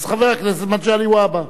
אז חבר הכנסת מגלי והבה.